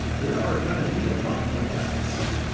there are going to be a lot more deaths.